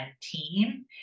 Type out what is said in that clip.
team